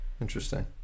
interesting